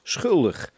Schuldig